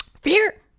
fear